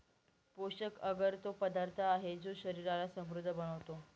पोषक अगर तो पदार्थ आहे, जो शरीराला समृद्ध बनवतो